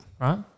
Right